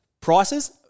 prices